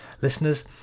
Listeners